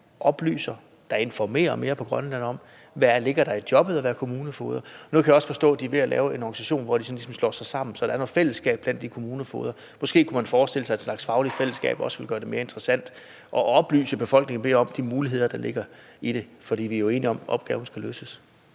at oplyse og informere mere på Grønland om, hvad der ligger i jobbet at være kommunefoged. Jeg kan også forstå, at man nu er ved at lave en organisation, hvor de ligesom slår sig sammen, så der er noget fællesskab mellem kommunefogederne. Måske kunne man forestille sig, at en slags fagligt fællesskab også ville gøre det mere interessant, og at befolkningen fik mere oplysning om de muligheder, der ligger i det, for vi er jo enige om, at opgaven skal løses.